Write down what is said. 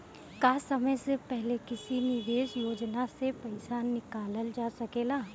का समय से पहले किसी निवेश योजना से र्पइसा निकालल जा सकेला?